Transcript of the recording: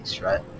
right